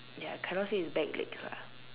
ya cannot see his back leg lah